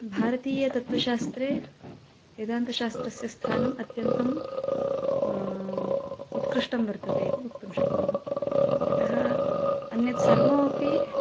भारतीयतत्त्वशास्त्रे वेदान्तशास्त्रस्य स्थानम् अत्यन्तम् उत्कृष्टं वर्तते इति वक्तुं शक्नुमः यतः अन्यत्सर्वमपि